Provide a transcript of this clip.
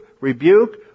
rebuke